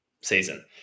season